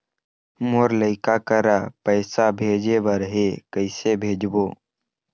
मोर लइका करा पैसा भेजें बर हे, कइसे भेजबो?